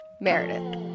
Meredith